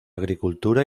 agricultura